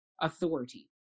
authority